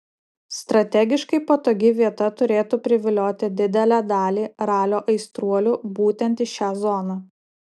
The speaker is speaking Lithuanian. strategiškai patogi vieta turėtų privilioti didelę dalį ralio aistruolių būtent į šią zoną